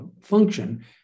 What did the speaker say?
function